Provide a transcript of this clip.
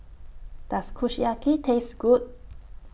Does Kushiyaki Taste Good